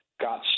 got